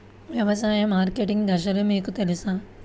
వ్యవసాయ మార్కెటింగ్ దశలు మీకు తెలుసా?